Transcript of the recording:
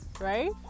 right